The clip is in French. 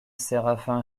séraphin